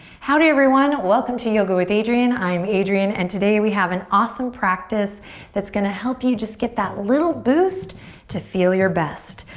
howdy everyone. welcome to yoga with adriene. i'm adriene and today we have an awesome practice that's gonna help you just get that little boost to feel your best.